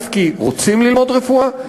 כי רוצים ללמוד רפואה,